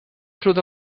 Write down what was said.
through